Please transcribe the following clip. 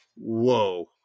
whoa